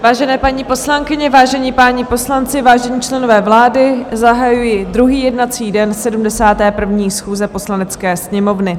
Vážené paní poslankyně, vážení páni poslanci, vážení členové vlády, zahajuji druhý jednací den 71. schůze Poslanecké sněmovny.